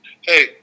hey